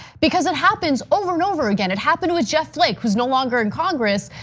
because it happens over and over again. it happened to jeff flake, who's no longer and congress.